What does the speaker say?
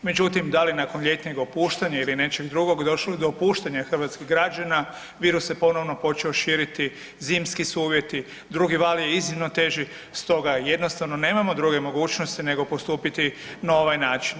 Međutim, da li nakon ljetnog opuštanja ili nečeg drugog došlo je do opuštanja hrvatskih građana, virus se ponovo počeo širiti, zimski su uvjeti, drugi val je iznimno teži stoga jednostavno nemamo druge mogućnosti nego postupiti na ovaj način.